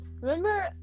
remember